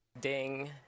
Ding